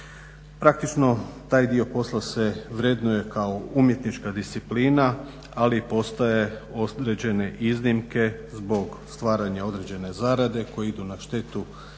Praktično taj dio posla se vrednuje kao umjetnička disciplina, ali postoje određene iznimke zbog stvaranja određene zarade koje idu na štetu i